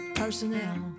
personnel